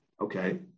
Okay